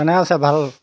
কেনে আছে ভাল